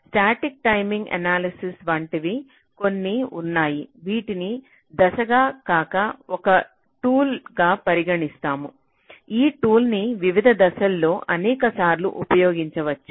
static timing analysis వంటివి కొన్ని ఉన్నాయి వీటిని దశగా కాక ఒక టూల్ గా పరిగణిస్తాము ఈ టూల్ ని వివిధ దశలలో అనేకసార్లు ఉపయోగించవచ్చు